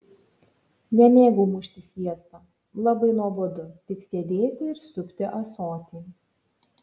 nemėgau mušti sviesto labai nuobodu tik sėdėti ir supti ąsotį